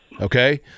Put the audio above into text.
Okay